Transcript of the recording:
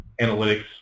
analytics